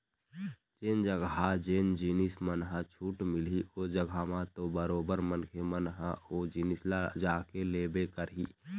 जेन जघा जेन जिनिस मन ह छूट मिलही ओ जघा म तो बरोबर मनखे मन ह ओ जिनिस ल जाके लेबे करही